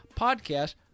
podcast